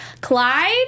Clyde